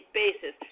basis